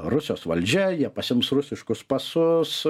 rusijos valdžia jie pasiims rusiškus pasus